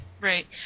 Right